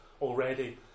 already